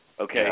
Okay